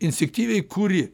instiktyviai kuri